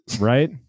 Right